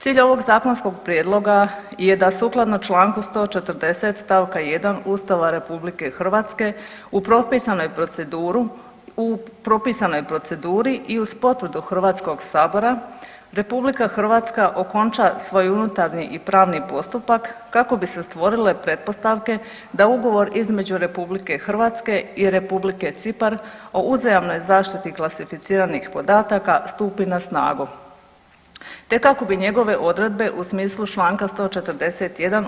Cilj ovog zakonskog prijedloga je da sukladno Članku 140. stavka 1. Ustava RH u propisanu proceduru, u propisanoj proceduri i uz potvrdu Hrvatskog sabora RH okonča svoj unutarnji i pravni postupak kako bi se stvorile pretpostavke da ugovor između RH i Republike Cipar o uzajamnoj zaštiti klasificiranih podataka stupi na snagu te kako bi njegove odredbe u smislu Članka 141.